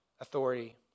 authority